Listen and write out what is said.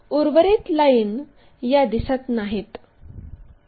उर्वरित लाईन या दिसत नाहीत